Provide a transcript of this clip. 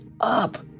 up